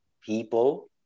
people